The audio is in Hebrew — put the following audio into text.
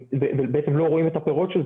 לא רואים את הפירות.